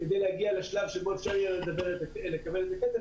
כדי להגיע לשלב שבו אפשר יהיה לקבל את הכסף.